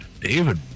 David